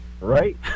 Right